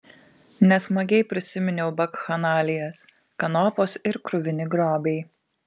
nesmagiai prisiminiau bakchanalijas kanopos ir kruvini grobiai